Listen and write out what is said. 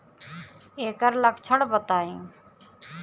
ऐकर लक्षण बताई?